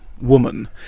woman